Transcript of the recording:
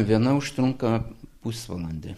viena užtrunka pusvalandį